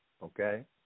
Okay